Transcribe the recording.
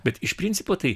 bet iš principo tai